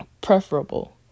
preferable